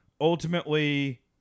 ultimately